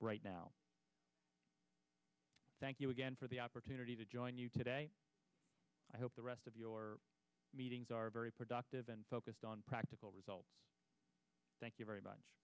right now thank you again for the opportunity to join you today i hope the rest of your meetings are very productive and focused on practical results thank you very much